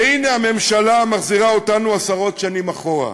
והנה, הממשלה מחזירה אותנו עשרות שנים אחורה.